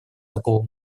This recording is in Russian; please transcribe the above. такого